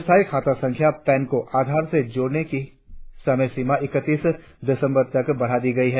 स्थाई खाता संख्या पेन को आधार से जोड़ने की समय सीमा ईकतीस दिसंबर तक बढ़ा दी गई है